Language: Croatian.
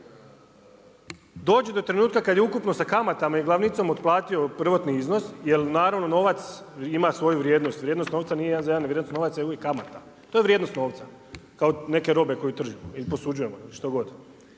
dođe do trenutka kad je ukupno sa kamatama i glavnicom otplatio prvotni iznos, jer naravno novac ima svoju vrijednost, vrijednost novca nije jedan za jedan, nego novac je uvijek kamata. To je vrijednost novca kao neke robe koju tržimo i posuđujemo. Što god.